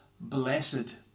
blessed